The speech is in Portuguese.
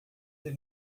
ter